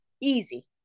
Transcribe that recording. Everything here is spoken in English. Easy